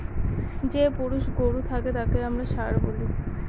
যে পুরুষ গরু থাকে তাকে আমরা ষাঁড় বলি